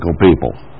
people